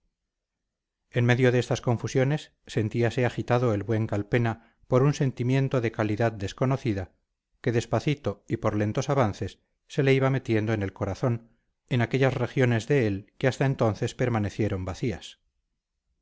en medio de estas confusiones sentíase agitado el buen calpena por un sentimiento de calidad desconocida que despacito y por lentos avances se le iba metiendo en el corazón en aquellas regiones de él que hasta entonces permanecieron vacías